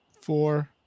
Four